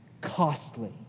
costly